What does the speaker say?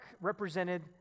represented